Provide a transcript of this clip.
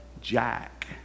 Jack